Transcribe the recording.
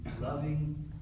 loving